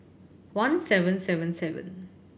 one seven seven seven